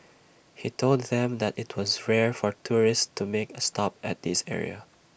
he told them that IT was rare for tourists to make A stop at this area